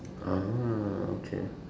okay